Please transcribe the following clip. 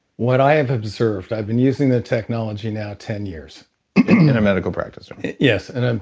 what i have observed, i've been using the technology now ten years in a medical practice yes and ah